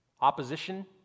opposition